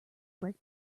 break